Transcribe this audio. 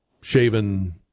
shaven